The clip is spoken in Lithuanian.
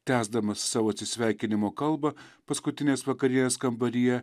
tęsdamas savo atsisveikinimo kalbą paskutinės vakarienės kambaryje